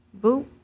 boop